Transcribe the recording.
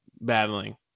battling